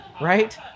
right